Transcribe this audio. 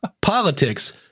politics